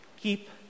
keep